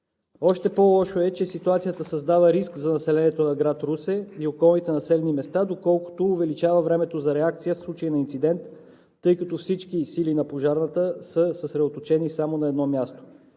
Още по-лошо е, че ситуацията създава риск за населението на град Русе и околните населени места, доколкото увеличава времето за реакция в случай на инцидент, тъй като всички сили на пожарната са съсредоточени само на едно място.